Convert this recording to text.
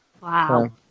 Wow